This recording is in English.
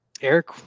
Eric